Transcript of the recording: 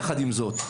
יחד עם זאת,